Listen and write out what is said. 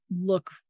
look